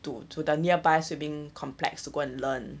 to to the nearby swimming complex to go and learn